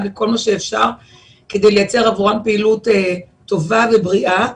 לכל מה ש אפשר כדי לייצר עבורם פעילות טובה ובריאה.